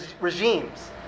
regimes